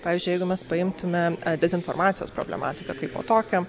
pavyzdžiui jeigu mes paimtumėm dezinformacijos problematiką kaipo tokią